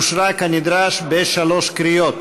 אושרה כנדרש בשלוש קריאות.